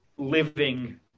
living